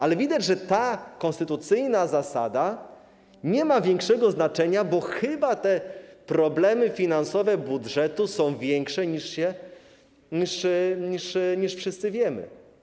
Ale widać, że ta konstytucyjna zasada nie ma większego znaczenia, bo chyba te problemy finansowe budżetu są większe, niż wszyscy wiemy.